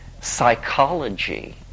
psychology